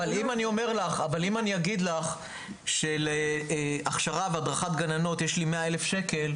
אבל אם אני אגיד לך שלהכשרה והדרכת גננות יש לי 100 אלף שקל,